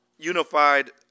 unified